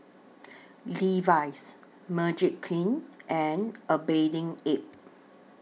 Levi's Magiclean and A Bathing Ape